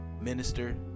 minister